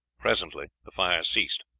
presently the fire ceased.